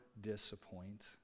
disappoint